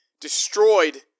destroyed